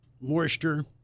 moisture